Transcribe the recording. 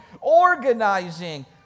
organizing